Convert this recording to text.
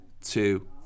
two